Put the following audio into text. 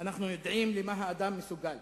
אנחנו יודעים למה האדם מסוגל.